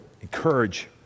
encourage